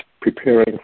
preparing